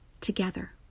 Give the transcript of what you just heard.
together